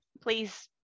please